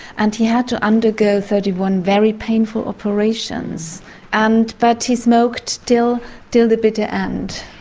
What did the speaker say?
and he had to undergo thirty one very painful operations and but he smoked still to the bitter end.